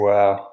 Wow